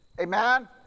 Amen